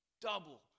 double